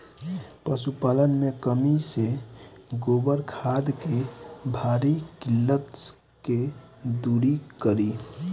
पशुपालन मे कमी से गोबर खाद के भारी किल्लत के दुरी करी?